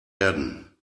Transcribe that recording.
erden